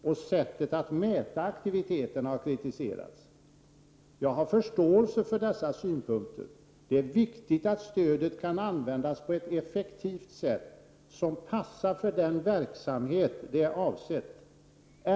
Också sättet att mäta aktiviteterna har kritiserats. Jag har förståelse för dessa synpunkter. Det är viktigt att stödet kan användas på ett effektivt sätt, som passar för den verksamhet det är avsett.